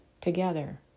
together